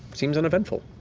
seems uneventful.